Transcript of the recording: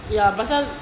ya pasal